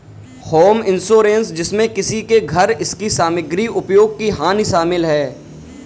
home insurance जिसमें किसी के घर इसकी सामग्री उपयोग की हानि शामिल है